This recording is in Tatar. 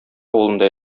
авылында